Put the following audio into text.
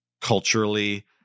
culturally